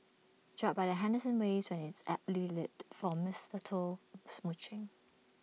drop by the Henderson waves where it's aptly lit for mistletoe smooching